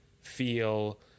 feel